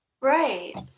right